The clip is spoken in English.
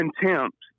contempt